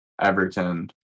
Everton